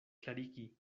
klarigi